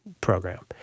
program